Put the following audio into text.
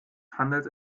handelt